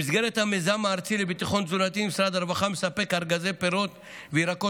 במסגרת המיזם הארצי לביטחון תזונתי משרד הרווחה מספק ארגזי פירות וירקות